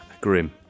Grim